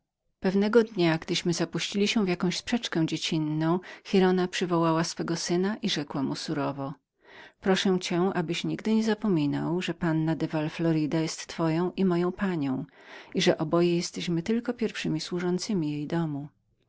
pewnego dnia gdyśmy zapuścili się w jakąś sprzeczkę dziecinną giralda przywołała swego syna i rzekła mu surowo proszę cię abyś nie zapominał że panna de val florida jest twoją i moją panią i że oboje jesteśmy tylko pierwszymi służącymi jej domu